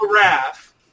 wrath